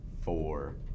four